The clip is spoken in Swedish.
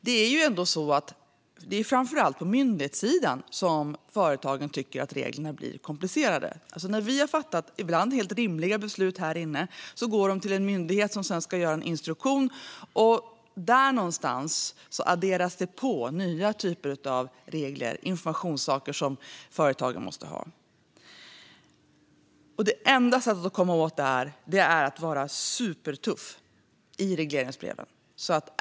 Det är framför allt på myndighetssidan som företagen tycker att reglerna blir komplicerade. När vi har fattat rimliga beslut i kammaren går besluten sedan vidare till en myndighet, som ska göra en instruktion. Där någonstans adderas det nya typer av regler och informationspunkter som företagen måste få. Det enda sättet att komma åt detta är att vara supertuff i regleringsbreven.